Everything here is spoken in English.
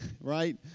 right